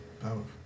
powerful